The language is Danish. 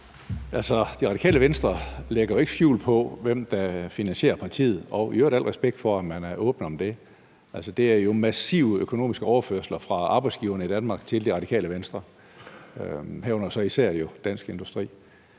Radikale Venstre lægger jo ikke skjul på, hvem der finansierer partiet, og i øvrigt i al respekt for, at man er åben om det. Altså, det er jo massive økonomiske overførsler fra arbejdsgiverne i Danmark til Radikale Venstre, herunder især Dansk Industri.